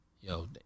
yo